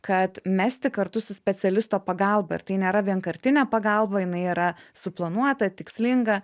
kad mesti kartu su specialisto pagalba ir tai nėra vienkartinė pagalba jinai yra suplanuota tikslinga